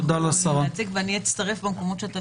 תמשיכו להציג ואני אצטרף במקומות שאתה